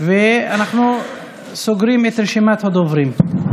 אנחנו סוגרים את רשימת הדוברים.